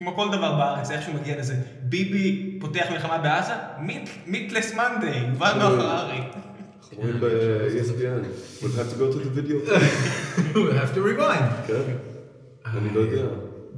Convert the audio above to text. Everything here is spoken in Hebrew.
כמו כל דבר בארץ, איך שהוא מגיע לזה? ביבי פותח מלחמה בעזה? מיטלס מנדיי, וואל נוח ארי. אנחנו רואים ב- yes pn . We'll have to go to the video. We'll have to rewind. כן. אני לא יודע.